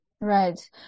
Right